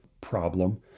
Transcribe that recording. problem